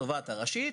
התובעת הראשית,